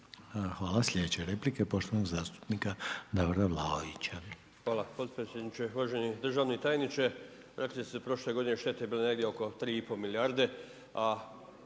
Hvala. Sljedeća replika je poštovanog zastupnika Davora Vlaovića.